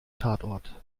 tatort